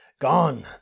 Gone